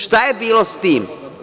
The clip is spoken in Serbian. Šta je bilo s tim?